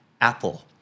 Apple